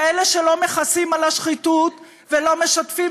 כאלה שלא מכסים על השחיתות ולא משתפים